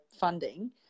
funding